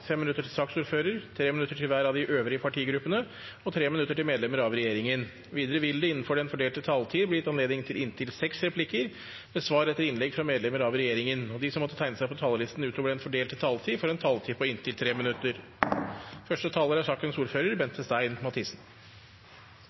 minutter til saksordfører, 3 minutter til hver av de øvrige partigruppene og 3 minutter til medlemmer av regjeringen. Videre vil det – innenfor den fordelte taletid – bli gitt anledning til inntil seks replikker med svar etter innlegg fra medlemmer av regjeringen, og de som måtte tegne seg på talerlisten utover den fordelte taletid, får en taletid på inntil 3 minutter.